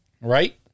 Right